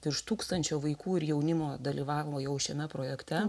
virš tūkstančio vaikų ir jaunimo dalyvavo jau šiame projekte